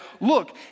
Look